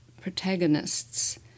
protagonists